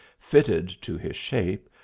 fitted to his shape,